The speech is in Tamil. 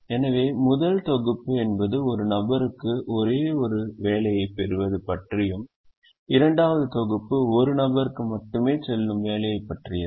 எனவே முதல் தொகுப்பு என்பது ஒரு நபருக்கு ஒரே ஒரு வேலையைப் பெறுவது பற்றியும் இரண்டாவது தொகுப்பு ஒரு நபருக்கு மட்டுமே செல்லும் வேலையைப் பற்றியது